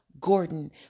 Gordon